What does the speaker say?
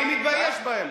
אני מתבייש בהן.